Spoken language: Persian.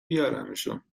بیارمشون